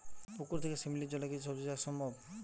পুকুর থেকে শিমলির জলে কি সবজি চাষ সম্ভব?